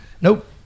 nope